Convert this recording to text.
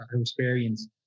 experience